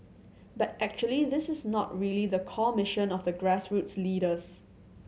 but actually this is not really the core mission of the grassroots leaders